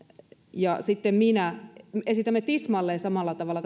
ja vasemmistoliitto että minä esitämme tismalleen samalla tavalla